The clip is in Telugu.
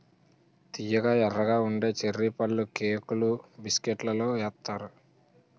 తియ్యగా ఎర్రగా ఉండే చర్రీ పళ్ళుకేకులు బిస్కట్లలో ఏత్తారు